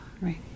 Right